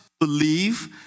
believe